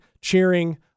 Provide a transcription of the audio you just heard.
cheering